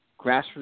grassroots